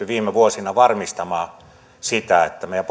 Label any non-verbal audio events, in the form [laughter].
[unintelligible] viime vuosina varmistamaan sitä että meidän [unintelligible]